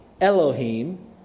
Elohim